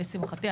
לשמחתי,